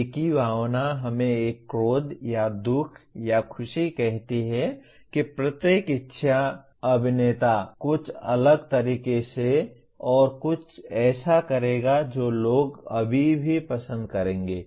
एक ही भावना हमें एक क्रोध या दुख या खुशी कहती है कि प्रत्येक अच्छा अभिनेता कुछ अलग तरीके से और कुछ ऐसा करेगा जो लोग अभी भी पसंद करेंगे